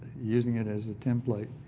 using it as a template.